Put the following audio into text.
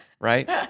right